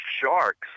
sharks